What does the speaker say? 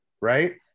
Right